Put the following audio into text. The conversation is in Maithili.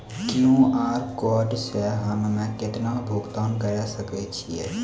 क्यू.आर कोड से हम्मय केतना भुगतान करे सके छियै?